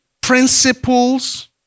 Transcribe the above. principles